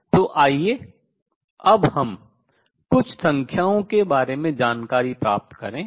तो आइए अब हम कुछ संख्याओं के बारे में जानकारी प्राप्त करें